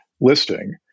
listing